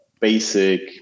basic